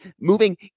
moving